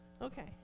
Okay